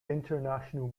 international